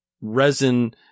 resin